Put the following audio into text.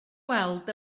weld